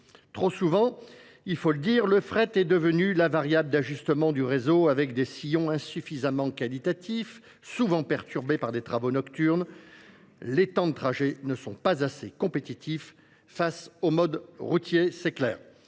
Trop souvent, il faut le dire, le fret est devenu la variable d'ajustement du réseau avec des sillons insuffisamment qualitatifs, souvent perturbés par des travaux nocturnes. Les temps de trajet ne sont pas assez compétitifs face au mode routier, c'est clair.